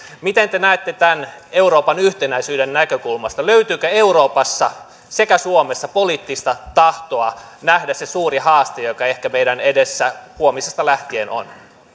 miten te näette tämän euroopan yhtenäisyyden näkökulmasta löytyykö euroopassa sekä suomessa poliittista tahtoa nähdä se suuri haaste joka ehkä meidän edessä huomisesta lähtien on